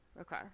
okay